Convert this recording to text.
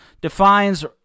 defines